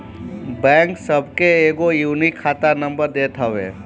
bank सबके एगो unique खाता नंबर देत हवे